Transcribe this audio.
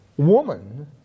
woman